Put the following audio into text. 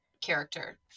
character